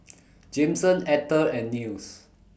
Jameson Etter and Nils